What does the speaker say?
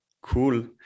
cool